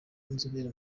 n’inzobere